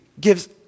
gives